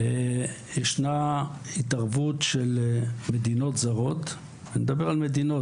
ישנה התערבות של מדינות זרות אני מדבר על מדינות